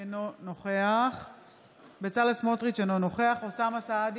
אינו נוכח בצלאל סמוטריץ' אינו נוכח אוסאמה סעדי,